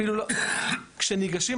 כשניגשים,